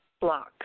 Block